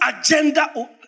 agenda